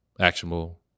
actionable